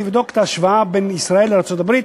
לבדוק את ההשוואה בין ישראל לארצות-הברית.